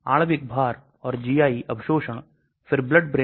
आगे जाते ही हम कुछ उदाहरणों को देखेंगे